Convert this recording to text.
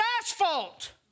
asphalt